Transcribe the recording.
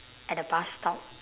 at the bus stop